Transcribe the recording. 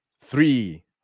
three